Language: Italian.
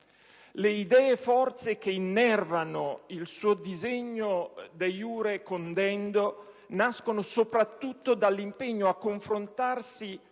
le idee-forza che innervano il suo disegno *de iure condendo* nascono soprattutto dall'impegno a confrontarsi